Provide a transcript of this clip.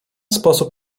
sposób